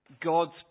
God's